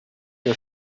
der